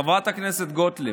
חברת הכנסת גוטליב,